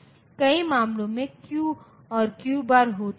इसलिए हमें यह समाधान x 12 के बराबर और y 16 के बराबर मिला है